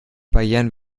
barrieren